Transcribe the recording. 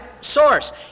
source